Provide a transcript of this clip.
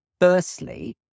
Firstly